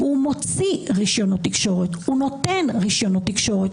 הוא מוציא רישיונות תקשורת,